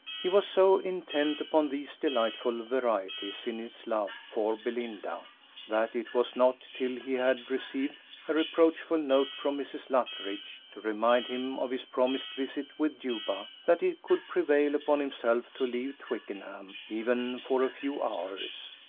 he was so intent upon these delightful varieties in his love for belinda that it was not till he had received a reproachful note from mrs. luttridge, to remind him of his promised visit with juba, that he could prevail upon himself to leave twickenham, even for a few hours.